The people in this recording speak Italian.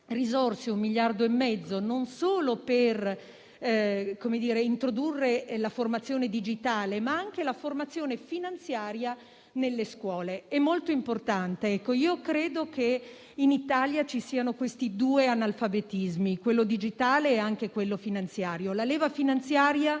pari ad 1,5 miliardi di euro, non solo per introdurre la formazione digitale, ma anche per la formazione finanziaria nelle scuole. Ciò è molto importante, perché credo che in Italia ci siano due analfabetismi: quello digitale e quello finanziario. La leva finanziaria